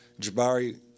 Jabari